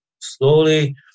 Slowly